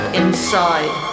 inside